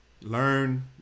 learn